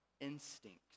instinct